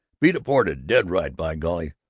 be deported. dead right, by golly!